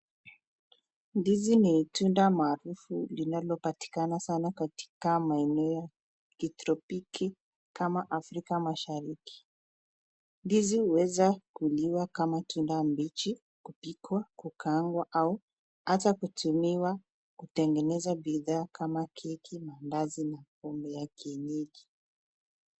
Ndizi ni tunda maarufu linalopatikana sana katika maeneo kitropiki kama Afrika Mashariki. Ndizi huweza kuliwa kama tunda mbichi, kupikwa, kukaangwa au hata kutumiwa kutengeneza bidhaa kama keki, mandazi na pombe ya kienyeji.